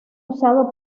usado